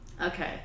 Okay